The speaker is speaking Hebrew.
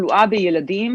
בתחלואה בילדים,